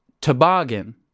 toboggan